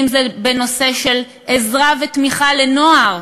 אם בנושא של עזרה ותמיכה לנוער